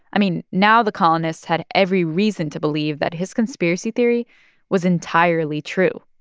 i mean, now the colonists had every reason to believe that his conspiracy theory was entirely true.